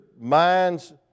minds